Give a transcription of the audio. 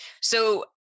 So-